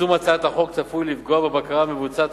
יישום הצעת החוק צפוי לפגוע בבקרה המבוצעת